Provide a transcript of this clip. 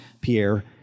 Pierre